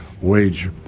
wage